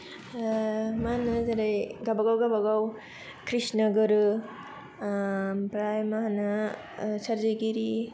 ओ मा होनो जेरै गावबा गाव गावबा गाव क्रृष्ण गुरु ओमफ्राय मा होनो ओ सोरजिगिरि